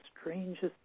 strangest